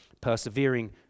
persevering